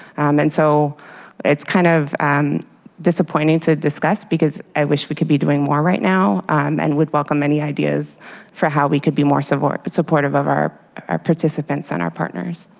and so it's kind of disappointing to discuss because i wish we could be doing more right now um and welcome any ideas for how we could be more supportive but supportive of our our participants and our partners.